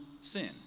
sin